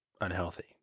unhealthy